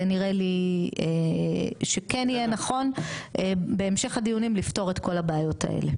זה נראה לי שכן יהיה נכון בהמשך הדיונים לפתור את כל הבעיות האלה.